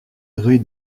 rue